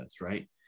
right